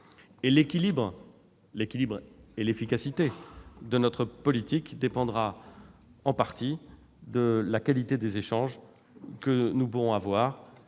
L'équilibre et l'efficacité de notre politique dépendront en partie de la qualité des échanges que nous pourrons avoir.